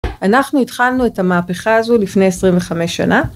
אנחנו התחלנו את המהפכה הזו לפני 25 שנה.